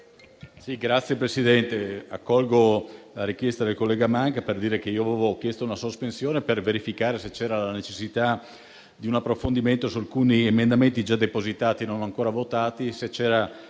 Signor Presidente, accolgo la richiesta del collega Manca per dire che avevo chiesto una sospensione per verificare se c'era la necessità di un approfondimento su alcuni emendamenti già depositati e non ancora votati,